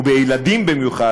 ובילדים במיוחד,